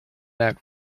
that